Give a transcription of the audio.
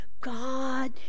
God